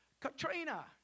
Katrina